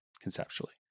Conceptually